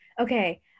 okay